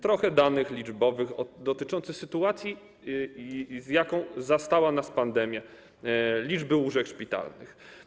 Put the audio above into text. Trochę danych liczbowych dotyczących sytuacji, z jaką zastała nas pandemia, liczby łóżek szpitalnych.